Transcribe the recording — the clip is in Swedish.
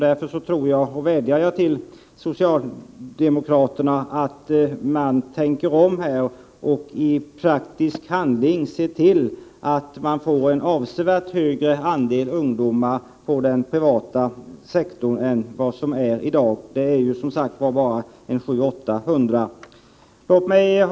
Därför vädjar jag till socialdemokraterna att tänka om och i praktisk handling se till att en avsevärt högre andel än i dag av ungdomarna placeras på den privata sektorn. Det finns nu bara 700-800 ungdomar på den privata sektorn.